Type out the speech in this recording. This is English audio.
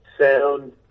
sound